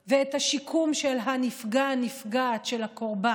לנפגע ואת השיקום של הנפגע או הנפגעת של הקורבן,